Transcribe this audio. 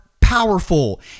powerful